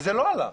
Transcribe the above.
וזה לא עלה.